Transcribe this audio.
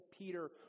Peter